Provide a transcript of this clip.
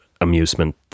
amusement